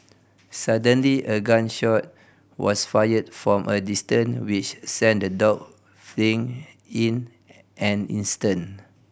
suddenly a gun shot was fired from a distance which sent the dog fleeing in an instant